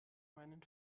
meinen